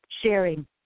Sharing